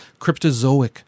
Cryptozoic